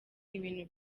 ibintu